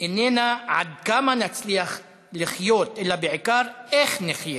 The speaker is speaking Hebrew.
איננה עד כמה נצליח לחיות אלא בעיקר איך נחיה,